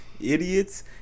idiots